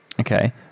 Okay